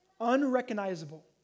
unrecognizable